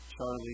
Charlie